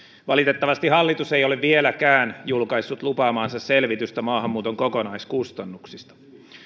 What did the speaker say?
valitettavasti hallitus ei ole vieläkään julkaissut lupaamaansa selvitystä maahanmuuton kokonaiskustannuksista